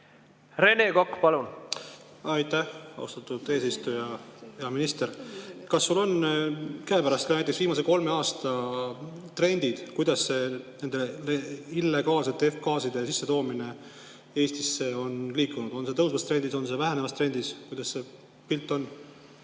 Rene Kokk, palun! Aitäh, austatud eesistuja! Hea minister! Kas sul on käepärast ka näiteks viimase kolme aasta trendid, kuidas nende illegaalsete F-gaaside sissetoomine Eestisse on liikunud? On see tõusvas trendis, on see vähenevas trendis – milline see pilt on?